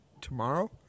tomorrow